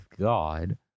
God